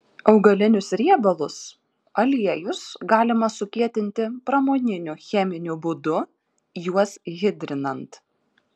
augalinius riebalus aliejus galima sukietinti pramoniniu cheminiu būdu juos hidrinant